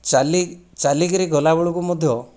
ଚାଲି ଚାଲିକରି ଗଲା ବେଳକୁ ମଧ୍ୟ